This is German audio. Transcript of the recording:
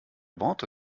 worte